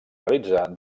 realitzar